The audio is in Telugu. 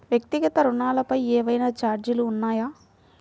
వ్యక్తిగత ఋణాలపై ఏవైనా ఛార్జీలు ఉన్నాయా?